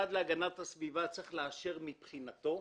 המשרד להגנת הסביבה צריך לאשר מבחינתו,